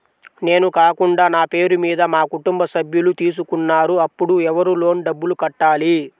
నేను కాకుండా నా పేరు మీద మా కుటుంబ సభ్యులు తీసుకున్నారు అప్పుడు ఎవరు లోన్ డబ్బులు కట్టాలి?